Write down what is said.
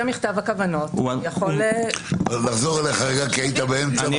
מכתב הכוונות --- אני אחזור אליך כי היית באמצע.